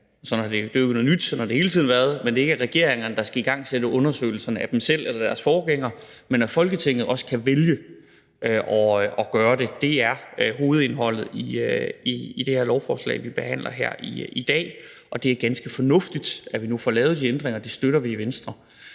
– det er jo ikke noget nyt; sådan har det hele tiden været – der skal igangsætte undersøgelserne af sig selv eller deres forgængere, men at Folketinget også kan vælge at gøre det, er hovedindholdet i det lovforslag, vi behandler her i dag, og det er ganske fornuftigt, at vi nu får lavet de ændringer, og det støtter vi i Venstre.